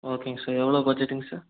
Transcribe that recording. ஓகேங்க சார் எவ்வளோ பட்ஜட்டுங்க சார்